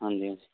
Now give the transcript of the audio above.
ਹਾਂਜੀ